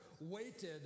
waited